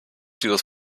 dieses